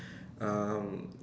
um